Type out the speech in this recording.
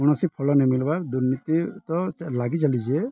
କୌଣସି ଫଲ ନେଇଁ ମିଲବାର୍ ଦୁର୍ନୀତି ତ ଲାଗି ଚାଲିଛି ଏ